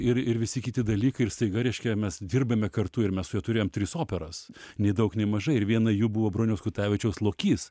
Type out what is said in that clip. ir ir visi kiti dalykai ir staiga reiškia mes dirbame kartu ir mes su juo turėjom tris operas nei daug nei mažai ir viena jų buvo broniaus kutavičiaus lokys